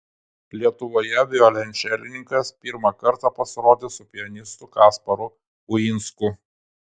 lietuvoje violončelininkas pirmą kartą pasirodys su pianistu kasparu uinsku